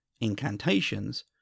incantations